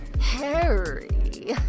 Harry